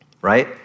right